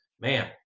Man